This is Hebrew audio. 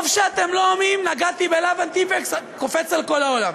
טוב שאתם לא עונים: נגעתי בלבן טיפקס קופץ על כל העולם.